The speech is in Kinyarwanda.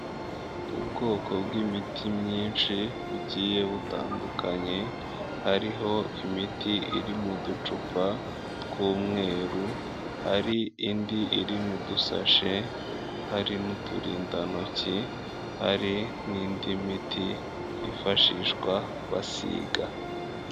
Ubwoko bw'imiti myinshi bugiye butandukanye, hariho imiti iri mu ducupa tw'umweru, hari indi iri mu dusashe, hari n'uturindantoki hari n'indi miti yifashishwa basiga.